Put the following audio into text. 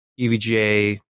evga